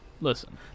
Listen